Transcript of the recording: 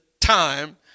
time